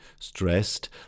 stressed